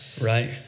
right